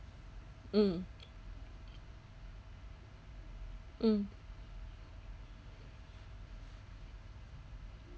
mm mm